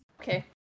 Okay